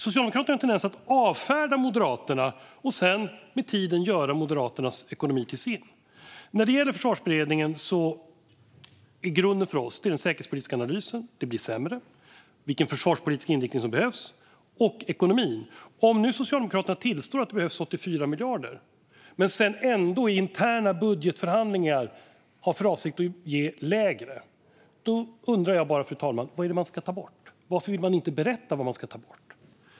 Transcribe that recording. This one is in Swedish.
Socialdemokraterna har en tendens att avfärda Moderaterna och sedan med tiden göra Moderaternas ekonomi till sin. När det gäller Försvarsberedningen är grunden för oss den säkerhetspolitiska analysen - det blir sämre - vilken försvarspolitisk inriktning som behövs och ekonomin. Om nu Socialdemokraterna tillstår att det behövs 84 miljarder men sedan ändå i interna budgetförhandlingar har för avsikt att ge mindre undrar jag bara, fru talman: Vad är det man ska ta bort? Varför vill man inte berätta vad man ska ta bort?